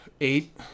eight